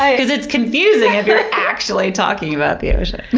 because it's confusing if you're actually talking about the ocean.